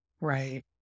Right